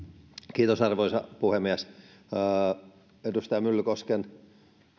myllykoskelle arvoisa puhemies edustaja myllykosken